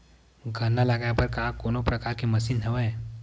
गन्ना लगाये बर का कोनो प्रकार के मशीन हवय?